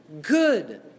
good